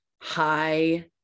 high